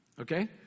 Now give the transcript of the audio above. okay